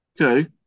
Okay